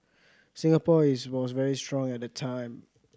Singapore is was very strong at the time